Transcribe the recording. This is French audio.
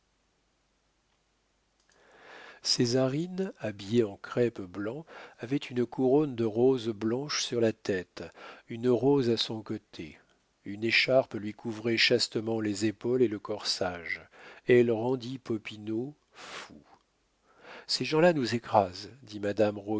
camée césarine habillée en crêpe blanc avait une couronne de roses blanches sur la tête une rose à son côté une écharpe lui couvrait chastement les épaules et le corsage elle rendit popinot fou ces gens-là nous écrasent dit madame